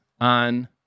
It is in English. on